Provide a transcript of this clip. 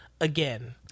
again